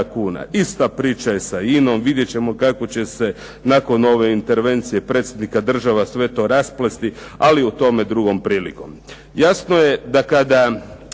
Ista priča je sa INA-om. Vidjet ćemo kako će se nakon ove intervencije predsjednika država sve to rasplesti, ali o tome drugom prilikom. Jasno je da kada